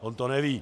On to neví.